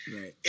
Right